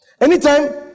Anytime